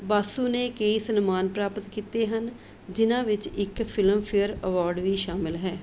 ਬਾਸੂ ਨੇ ਕਈ ਸਨਮਾਨ ਪ੍ਰਾਪਤ ਕੀਤੇ ਹਨ ਜਿਨਾਂ ਵਿੱਚ ਇੱਕ ਫਿਲਮਫੇਅਰ ਅਵੋਰਡ ਵੀ ਸ਼ਾਮਿਲ ਹੈ